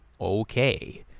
okay